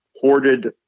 hoarded